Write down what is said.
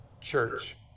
church